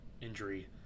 injury